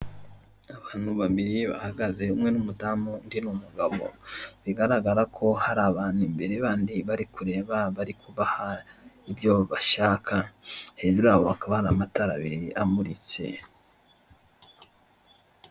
Abantu babiri bahagaze umwe ni umudamu, undi ni umugabo bigaragara ko hari abantu imbere bandi bari kureba, bari kubaha ibyo bashaka. Hejuru yabo hakaba hari amatara abiri amuritse.